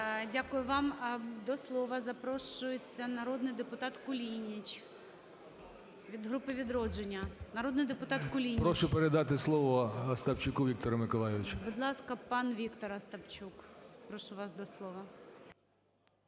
Дякую вам. До слова запрошується народний депутат Кулініч від групи "Відродження". Народний депутат Кулініч. 17:42:12 КУЛІНІЧ О.І. Прошу передати слово Остапчуку Віктору Миколайовичу. ГОЛОВУЮЧИЙ. Будь ласка, пан Віктор Остапчук, прошу вас до слова.